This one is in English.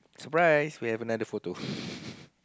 surprise we have another photo